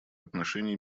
отношений